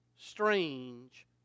strange